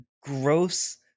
gross